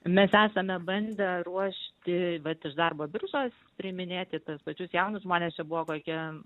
mes esame bandę ruošti vat iš darbo biržos priiminėti tuos pačius jaunus žmones čia buvo kokie